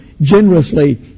generously